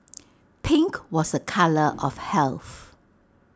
pink was A colour of health